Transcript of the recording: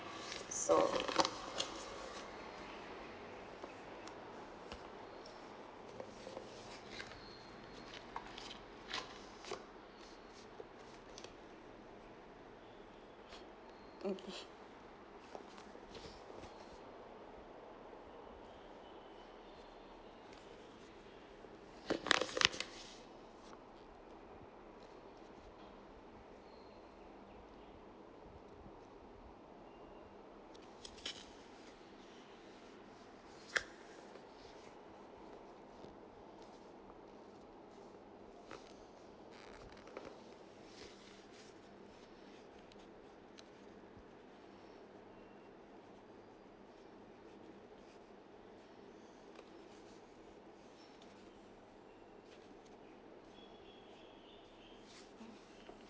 so mm